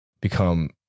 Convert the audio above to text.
become